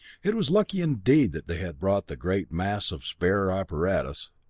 it was lucky indeed that they had brought the great mass of spare apparatus!